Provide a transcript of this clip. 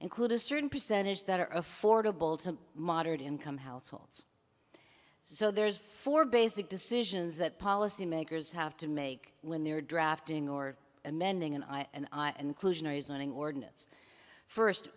include a certain percentage that are affordable to moderate income households so there's four basic decisions that policymakers have to make when they're drafting or amending and inclusionary zoning ordinance first